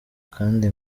kandi